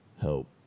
help